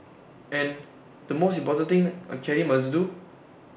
and the most important thing A caddie must do